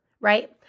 right